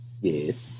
Yes